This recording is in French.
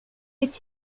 est